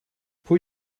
pwy